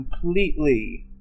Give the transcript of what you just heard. completely